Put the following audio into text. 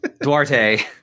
Duarte